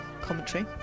commentary